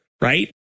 right